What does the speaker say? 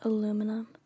Aluminum